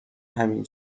همین